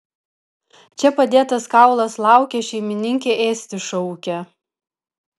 čia padėtas kaulas laukia šeimininkė ėsti šaukia